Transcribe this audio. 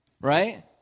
Right